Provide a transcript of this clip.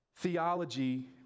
Theology